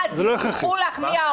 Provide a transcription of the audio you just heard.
הא, דיווחו לך, מי?